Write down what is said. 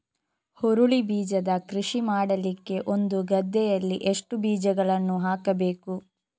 ಹುರುಳಿ ಬೀಜದ ಕೃಷಿ ಮಾಡಲಿಕ್ಕೆ ಒಂದು ಗದ್ದೆಯಲ್ಲಿ ಎಷ್ಟು ಬೀಜಗಳನ್ನು ಹಾಕಬೇಕು?